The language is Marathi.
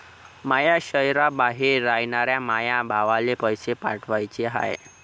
माया शैहराबाहेर रायनाऱ्या माया भावाला पैसे पाठवाचे हाय